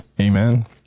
Amen